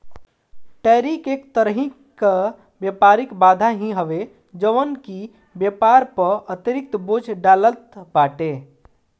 tariff एक तरही कअ व्यापारिक बाधा ही हवे जवन की व्यापार पअ अतिरिक्त बोझ डालत बाटे